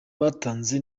batanze